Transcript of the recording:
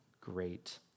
great